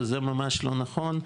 זה ממש לא נכון,